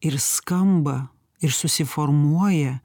ir skamba ir susiformuoja